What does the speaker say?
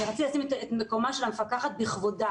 אני רציתי לשים את מקומה של המפקחת בכבודה,